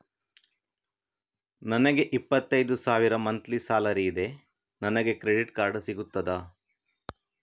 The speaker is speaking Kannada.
ನನಗೆ ಇಪ್ಪತ್ತೈದು ಸಾವಿರ ಮಂತ್ಲಿ ಸಾಲರಿ ಇದೆ, ನನಗೆ ಕ್ರೆಡಿಟ್ ಕಾರ್ಡ್ ಸಿಗುತ್ತದಾ?